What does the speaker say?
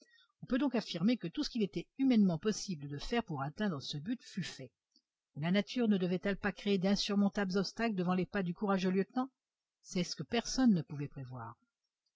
on peut donc affirmer que tout ce qu'il était humainement possible de faire pour atteindre ce but fut fait mais la nature ne devaitelle pas créer d'insurmontables obstacles devant les pas du courageux lieutenant c'est ce que personne ne pouvait prévoir